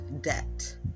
debt